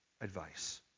advice